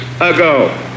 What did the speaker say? ago